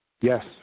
yes